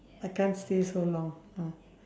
I can't stay so long uh